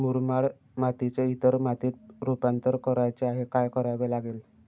मुरमाड मातीचे इतर मातीत रुपांतर करायचे आहे, काय करावे लागेल?